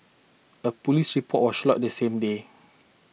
a police report was lodged that same day